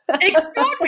extraordinary